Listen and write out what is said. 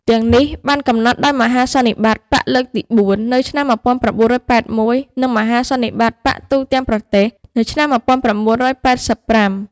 ទាំងនេះបានកំណត់ដោយមហាសន្និបាតបក្សលើកទី៤ នៅឆ្នាំ១៩៨១ និងមហាសន្និបាតបក្សទូទាំងប្រទេសនៅឆ្នាំ១៩៨៥ ។